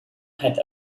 had